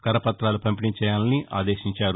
కరపుతాలు పంపిణీ చేయాలని ఆదేశించారు